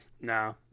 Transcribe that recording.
no